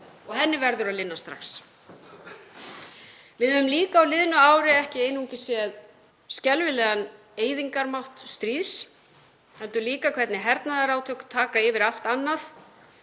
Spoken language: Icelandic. og henni verður að linna strax. Við höfum líka á liðnu ári ekki einungis séð skelfilegan eyðingarmátt stríðs heldur líka hvernig hernaðarátök taka yfir allt annað,